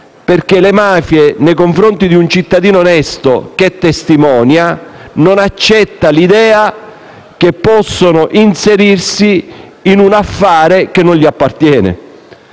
bestia le mafie, che nei confronti di un cittadino onesto che testimonia non accettano l'idea che qualcuno possa inserirsi in un affare che non gli appartiene,